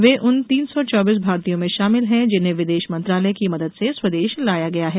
वे उन तीन सौ चौबीस भारतीयों में शामिल हैं जिन्हें विदेश मंत्रालय की मदद से स्वदेश लाया गया है